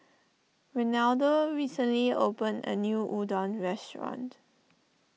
Renaldo recently opened a new Udon restaurant